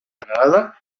granada